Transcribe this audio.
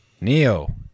Neo